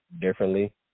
differently